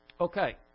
Okay